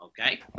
Okay